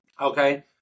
Okay